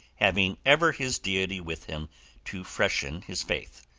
having ever his deity with him to freshen his faith?